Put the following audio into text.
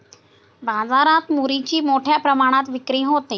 बाजारात मुरीची मोठ्या प्रमाणात विक्री होते